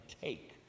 take